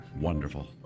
wonderful